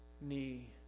knee